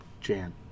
Jan